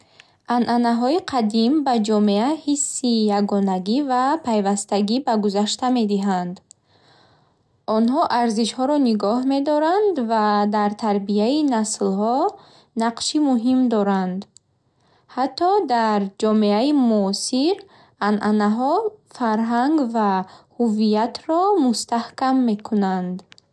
Анъанаҳои қадим ба ҷомеа ҳисси ягонагӣ ва пайвастагӣ бо гузашта медиҳанд. Онҳо арзишҳоро нигоҳ медоранд ва дар тарбияи наслҳо нақши муҳим доранд. Ҳатто дар ҷомеаи муосир, анъанаҳо фарҳанг ва ҳувиятро мустаҳкам мекунанд.